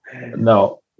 No